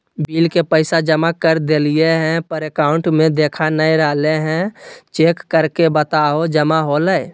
Bill के पैसा जमा कर देलियाय है पर अकाउंट में देखा नय रहले है, चेक करके बताहो जमा होले है?